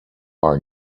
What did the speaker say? are